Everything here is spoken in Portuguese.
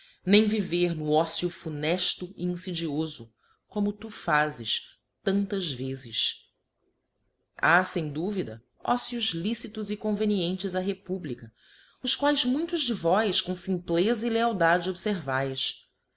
nem viver no ócio funefto e infidiofo como tu fazes tantas vezes ha fem duvida ócios licitos e convenientes á republica os quaes muitos de vós com fimplefa e lealdade obfervaes